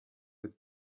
with